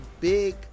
big